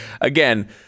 Again